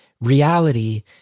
reality